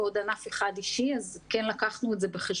ועוד ענף אישי אחד - אז כן לקחנו את זה בחשבון.